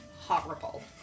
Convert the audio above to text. horrible